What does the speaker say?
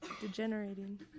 degenerating